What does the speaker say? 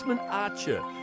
Archer